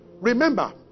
Remember